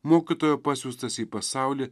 mokytojo pasiųstas į pasaulį